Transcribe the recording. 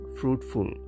fruitful